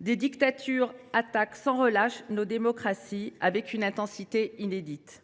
Des dictatures attaquent sans relâche nos démocraties, avec une intensité inédite.